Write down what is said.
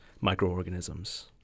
microorganisms